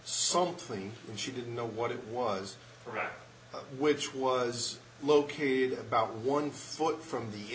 some plane and she didn't know what it was right which was located about one foot from the